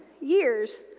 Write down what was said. years